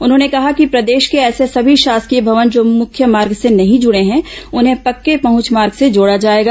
उन्होंने कहा कि प्रदेश के ऐसे सभी शासकीय भवन जो मुख्य मार्ग से नहीं जुड़े हैं उन्हें पक्के पहंच मार्ग से जोड़ा जाएगा